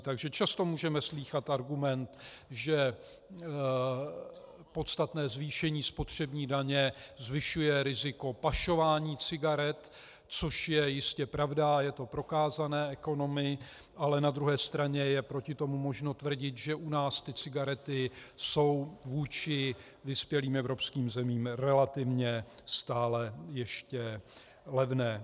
Takže často můžeme slýchat argument, že podstatné zvýšení spotřební daně zvyšuje riziko pašování cigaret, což je jistě pravda a je to prokázané ekonomy, ale na druhé straně je možno proti tomu tvrdit, že u nás cigarety jsou vůči vyspělým evropským zemím relativně stále ještě levné.